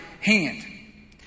hand